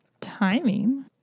timing